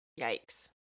yikes